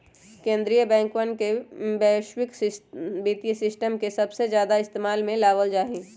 कीन्द्रीय बैंकवन में वैश्विक वित्तीय सिस्टम के सबसे ज्यादा इस्तेमाल में लावल जाहई